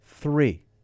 three